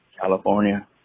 California